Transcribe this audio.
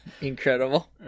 Incredible